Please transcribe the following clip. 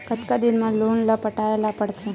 कतका दिन मा लोन ला पटाय ला पढ़ते?